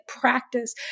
practice